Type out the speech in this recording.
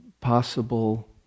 possible